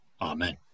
Amen